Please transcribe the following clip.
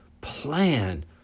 plan